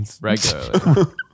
Regularly